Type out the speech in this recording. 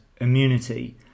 immunity